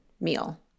meal